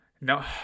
no